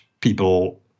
people